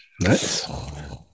nice